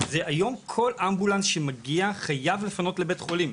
זה היום כל אמבולנס שמגיע חייב לפנות לבית חולים,